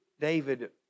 David